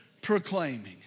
proclaiming